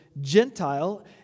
Gentile